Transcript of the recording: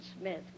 Smith